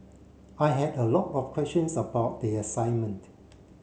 I had a lot of questions about the assignment